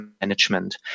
management